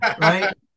right